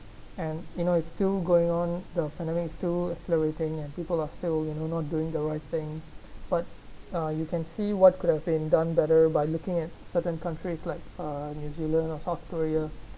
and you know it's still going on the pandemic is still accelerating and people are still you know not doing the right thing but uh you can see what could have been done better by looking at certain countries like uh new zealand or south korea